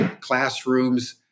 classrooms